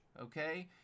Okay